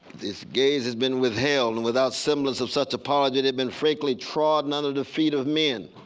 this gauze has been withhold and without semblance of such apology they have been frankly trodden under the feet of men.